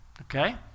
okay